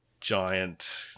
giant